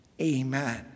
Amen